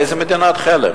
באיזו מדינת חלם.